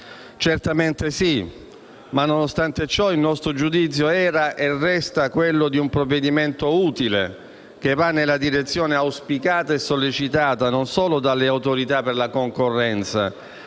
Certamente sì, ma nonostante ciò il nostro giudizio era e resta quello di un provvedimento utile, che va nella direzione auspicata e sollecitata non soltanto dall'Autorità garante della concorrenza